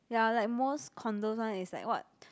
ya like most condos one is like what